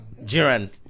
Jiran